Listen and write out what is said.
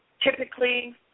typically